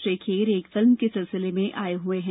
श्री खेर एक फिल्म के सिलसिले में आए हुए हैं